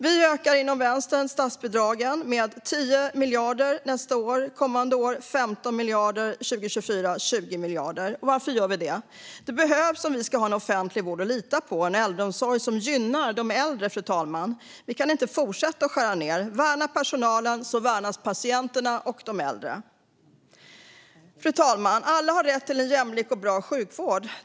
Vänsterpartiet ökar därför statsbidragen med 10 miljarder nästa år, 15 miljarder nästföljande år och 20 miljarder 2024. Varför gör vi det? Det behövs om vi ska ha en offentlig vård att lita på och en äldreomsorg som gynnar de äldre, fru talman. Vi kan inte fortsätta att skära ned. Om vi värnar personalen värnas även patienterna och de äldre. Fru talman! Alla har rätt till en jämlik och bra sjukvård.